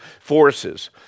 forces